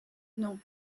non